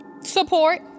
Support